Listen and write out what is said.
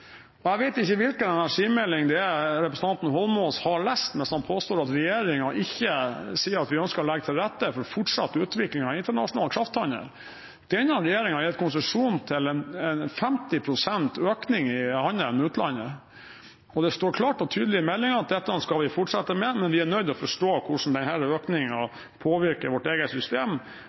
Jeg vet ikke hvilken energimelding representanten Eidsvoll Holmås har lest – hvis han påstår at regjeringen ikke sier at vi ønsker å legge til rette for fortsatt utvikling av internasjonal krafthandel. Denne regjeringen har gitt konsesjon til en 50 pst. økning i handelen med utlandet. Og det står klart og tydelig i meldingen at dette skal vi fortsette med, men vi er nødt til å forstå hvordan denne økningen påvirker vårt eget system,